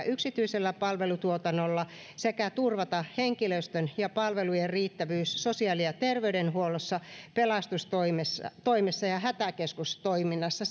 yksityisellä palvelutuotannolla sekä turvata henkilöstön ja palvelujen riittävyys sosiaali ja terveydenhuollossa pelastustoimessa ja hätäkeskustoiminnassa